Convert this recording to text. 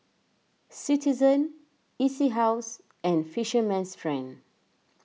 Citizen E C House and Fisherman's Friend